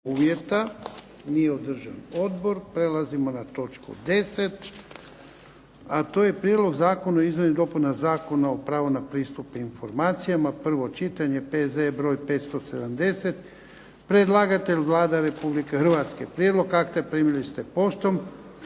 uvjeta. Nije održan odbor. Prelazimo na točku 10., a to je –- Prijedlog Zakona o izmjenama i dopunama Zakona o pravu na pristup informacijama, prvo čitanje, P.Z.E. br. 570 Predlagatelj Vlada Republike Hrvatske. Prijedlog akta primili ste poštom.